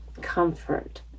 comfort